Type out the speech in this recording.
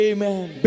Amen